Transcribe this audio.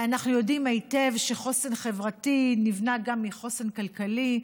אנחנו יודעים היטב שחוסן חברתי נבנה גם מחוסן כלכלי.